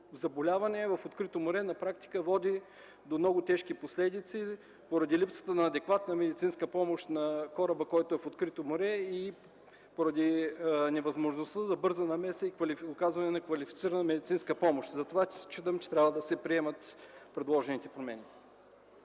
заболяване в открито море на практика води до много тежки последици поради липсата на адекватна медицинска помощ на кораба, който е в открито море и поради невъзможността за бърза намеса и оказване на квалифицирана медицинска помощ. Затова считам, че трябва да се приемат предложените промени.